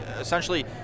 essentially